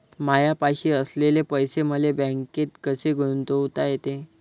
मायापाशी असलेले पैसे मले बँकेत कसे गुंतोता येते?